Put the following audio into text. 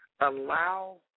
allow